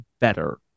better